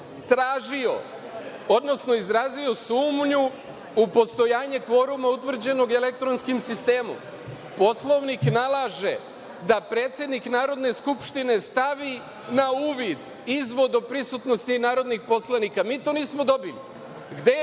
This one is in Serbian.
tražio, odnosno izrazio sumnju u postojanje kvoruma utvrđenog elektronskim sistemom. Poslovnik nalaže da predsednik Narodne skupštine stavi na uvid izvod o prisutnosti narodnih poslanika. Mi to nismo dobili.